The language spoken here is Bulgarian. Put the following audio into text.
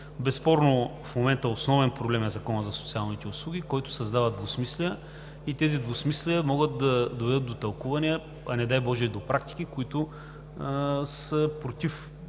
Безспорно, в момента основен проблем е Законът за социалните услуги, който създава двусмислия. Тези двусмислия могат да доведат до тълкувания, а, не дай боже, и до практики, които са против